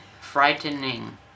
Frightening